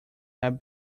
have